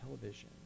Television